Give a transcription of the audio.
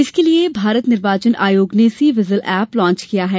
इसके लिए निर्वाचन आयोग ने सी विजिल ऐप्स लांच किया है